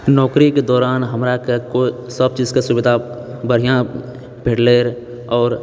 नौकरीके दौरान हमराके कोइ सबचीजकेँ सुविधा बढ़िआँ भेटलै रऽ आओर